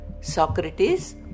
Socrates